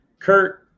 Kurt